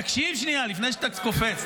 תקשיב שנייה לפני שאתה קופץ.